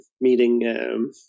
meeting